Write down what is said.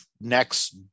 next